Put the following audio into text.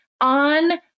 on